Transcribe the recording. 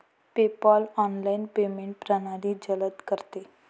PayPal online payment प्रणाली जलद करते